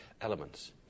elements